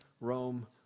Rome